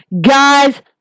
Guys